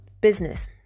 business